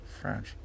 French